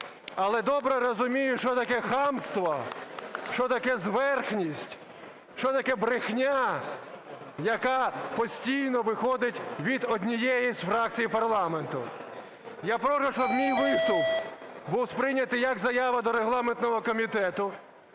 Алое добре розумію, що таке хамство, що таке зверхність, що таке брехня, яка постійно виходить від однієї з фракцій парламенту. Я прошу, щоб мій виступ був сприйнятий як заява до регламентного комітету,